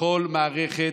בכל מערכת,